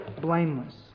blameless